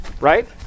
right